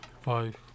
Five